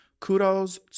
Kudos